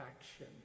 action